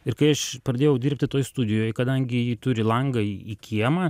ir kai aš pradėjau dirbti toj studijoj kadangi ji turi langą į kiemą